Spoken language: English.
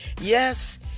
Yes